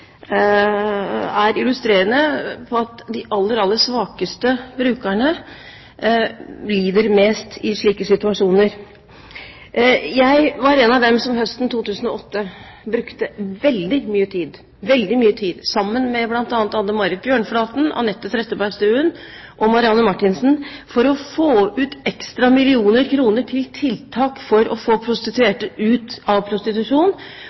er illustrerende for at de aller, aller svakeste brukerne lider mest i slike situasjoner. Jeg var en av dem som høsten 2008 brukte veldig mye tid, sammen med bl.a. Anne Marit Bjørnflaten, Anette Trettebergstuen og Marianne Marthinsen, for å få ut ekstra millioner kroner til tiltak for å få prostituerte ut av prostitusjon